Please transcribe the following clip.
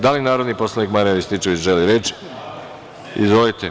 Da li narodni poslanik, Marijan Rističević želi reč? (Da.) Izvolite.